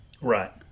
Right